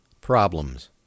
problems